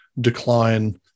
decline